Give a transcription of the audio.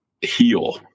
heal